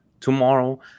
tomorrow